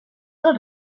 del